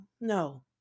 no